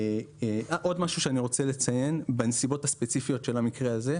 עוד משהו שאני רוצה לציין בנסיבות הספציפיות של המקרה הזה.